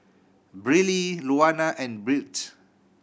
Briley Luana and Birt